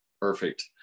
Perfect